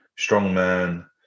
strongman